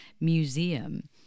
museum